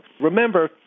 Remember